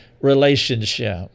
relationship